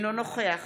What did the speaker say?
אינו נוכח